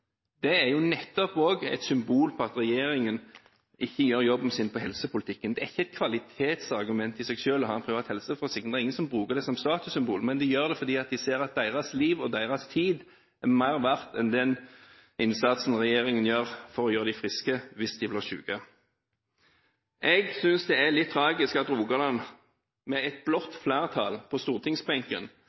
Det er nettopp også et symbol på at regjeringen ikke gjør jobben sin i helsepolitikken. Det er ikke et kvalitetsargument i seg selv å ha en privat helseforsikring. Det er ingen som bruker det som statussymbol, men de gjør det fordi de ser at deres liv og deres tid er mer verdt enn den innsatsen regjeringen gjør for å gjøre dem friske hvis de blir syke. Jeg synes det er litt tragisk at Rogaland, med et blått flertall på stortingsbenken,